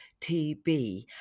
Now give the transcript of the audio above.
TB